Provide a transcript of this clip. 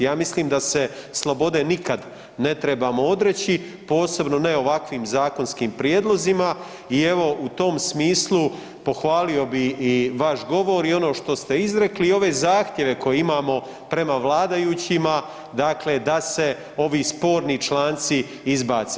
Ja mislim da se slobode nikad ne trebamo odreći, posebno ne ovakvim zakonskim prijedlozima i evo u tom smislu pohvalio bi i vaš govor i ono što ste izrekli i ove zahtjeve koje imamo prema vladajućima, dakle da se ovi sporni članci izbace.